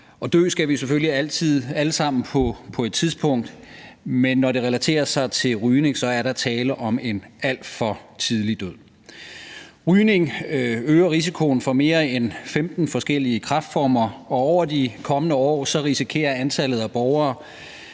dø skal vi selvfølgelig alle sammen på et tidspunkt, men når det relaterer sig til rygning, er der tale om en alt for tidlig død. Rygning øger risikoen for mere end 15 forskellige kræftformer, og over de kommende år risikerer antallet af borgere